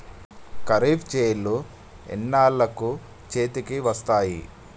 ఖరీఫ్ చేలు ఎన్నాళ్ళకు చేతికి వస్తాయి?